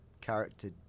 character